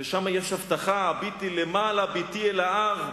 שם יש הבטחה, "הביטי למעלה, בתי, אל ההר,